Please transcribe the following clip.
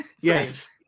Yes